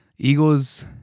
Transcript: Eagles